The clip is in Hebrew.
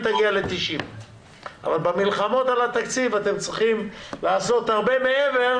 שילם קנס של קרוב ל-80 מיליון שקל קנס כי לא עדכנו את זה.